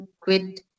quit